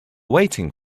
waiting